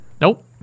Nope